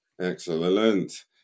Excellent